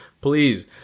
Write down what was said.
please